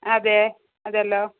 അതെ അതെ അല്ലോ